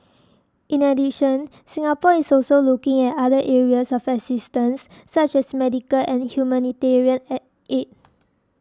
in addition Singapore is also looking at other areas of assistance such as medical and humanitarian aid